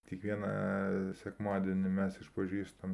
kiekvieną sekmadienį mes išpažįstam